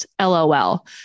LOL